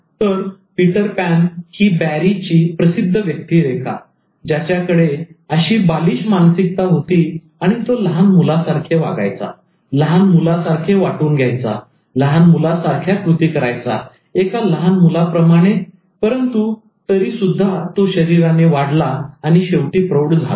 तर 'Peter Pan' ही Barrie ची प्रसिद्ध व्यक्तिरेखा ज्याच्याकडे अशी बालिश मानसिकता होती आणि तो लहान मुलांसारखा वागायचा लहान मुलांसारखे वाटायचे लहान मुलां सारख्या कृती करायचा एका लहान मुलाप्रमाणे परंतु तरीसुद्धा तो शरीराने वाढला आणि शेवटी प्रौढ झालाच